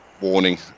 warning